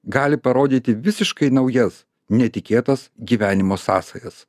gali parodyti visiškai naujas netikėtas gyvenimo sąsajas